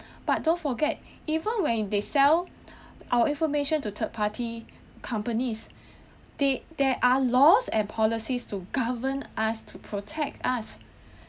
but don't forget even when they sell our information to third party companies there there are laws and policies to govern us to protect us